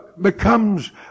becomes